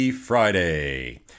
Friday